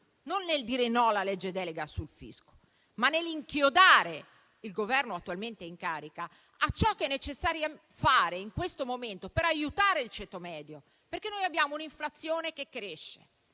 non nel dire no alla legge delega sul fisco; occorre inchiodare il Governo attualmente in carica a ciò che è necessario fare in questo momento per aiutare il ceto medio. Abbiamo un'inflazione che cresce,